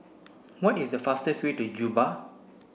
what is the fastest way to Juba